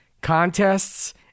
contests